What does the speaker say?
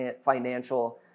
financial